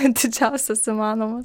didžiausias įmanomas